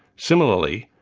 similarly,